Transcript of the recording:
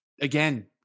again